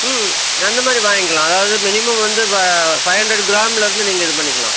ம் அந்த மாதிரி வாய்ங்க்கலாம் அதாவது மினிமம் வந்து வ ஃபைவ் ஹண்ட்ரேடு கிராம்லேருந்து நீங்கள் இது பண்ணிக்கலாம்